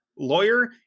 lawyer